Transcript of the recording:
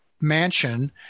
mansion